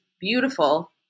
beautiful